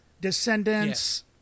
Descendants